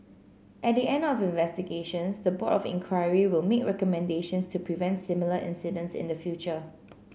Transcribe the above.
at the end of investigations the board of inquiry will make recommendations to prevent similar incidents in the future